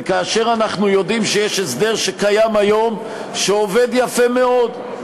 וכאשר אנחנו יודעים שיש הסדר שקיים היום ועובד יפה מאוד,